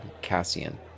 Cassian